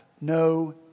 no